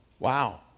Wow